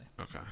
Okay